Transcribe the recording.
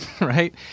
right